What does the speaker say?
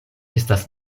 estas